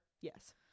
Yes